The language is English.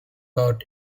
out